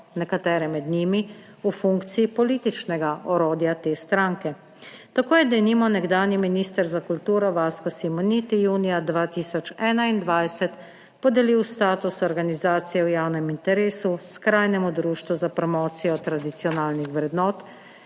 nekatere med njimi, v funkciji političnega orodja te stranke. Tako je denimo nekdanji minister za kulturo Vasko Simoniti junija 2021 podelil status organizacije v javnem interesu skrajnemu Društvu za promocijo tradicionalnih vrednot,